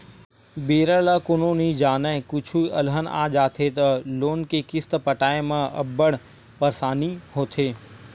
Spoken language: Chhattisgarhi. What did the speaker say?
बेरा ल कोनो नइ जानय, कुछु अलहन आ जाथे त लोन के किस्त पटाए म अब्बड़ परसानी होथे